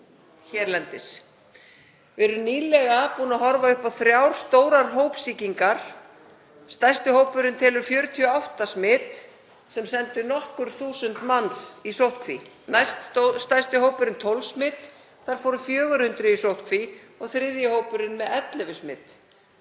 hérlendis. Við erum nýlega búin að horfa upp á þrjár stórar hópsýkingar. Stærsti hópurinn telur 48 smit sem sendu nokkur þúsund manns í sóttkví. Næststærsti hópurinn taldi 12 smit. Þar fóru 400 í sóttkví . Þriðji hópurinn er með 11 smit